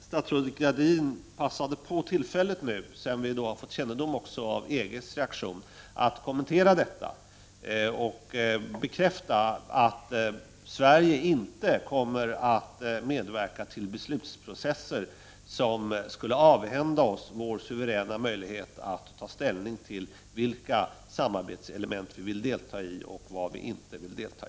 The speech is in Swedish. statsrådet Gradin passade på tillfället, sedan vihar Z—V fått kännedom om EG:s reaktioner, att kommentera detta och bekräfta att Sverige inte kommer att medverka till beslutsprocesser som skulle avhända oss våra suveräna möjligheter att bestämma vilka samarbetselement vi vill delta i och vad vi inte vill delta i.